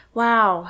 wow